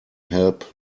help